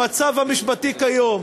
המצב המשפטי כיום הוא